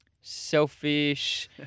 Selfish